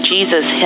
Jesus